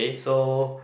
so